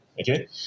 okay